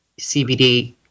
CBD